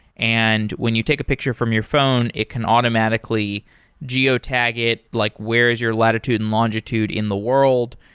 and when you take a picture from your phone, it can automatically geotag it, like where is your latitude and longitude in the world,